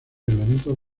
elementos